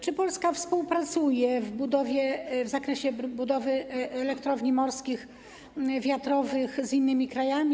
Czy Polska współpracuje w zakresie budowy elektrowni morskich wiatrowych z innymi krajami?